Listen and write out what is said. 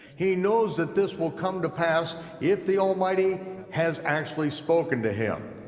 he knows that this will come to pass if the almighty has actually spoken to him.